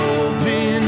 open